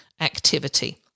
activity